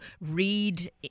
read